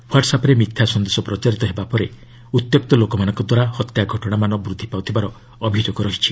ହ୍ୱାଟ୍ସାପ୍ରେ ମିଥ୍ୟା ସନ୍ଦେଶ ପ୍ରଚାରିତ ହେବା ପରେ ଉତ୍ୟକ୍ତ ଲୋକମାନଙ୍କଦ୍ୱାରା ହତ୍ୟା ଘଟଣାମାନ ବୃଦ୍ଧି ପାଉଥିବାର ଅଭିଯୋଗ ହେଉଛି